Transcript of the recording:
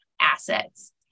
assets